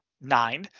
nine